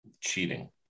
cheating